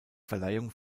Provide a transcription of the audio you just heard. verleihung